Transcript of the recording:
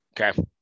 Okay